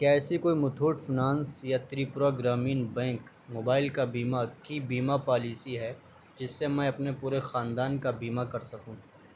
کیا ایسی کوئی متھوٹ فنانس یا تریپورہ گرامین بینک موبائل کا بیمہ کی بیمہ پالیسی ہے جس سے میں اپنے پورے خاندان کا بیمہ کر سکوں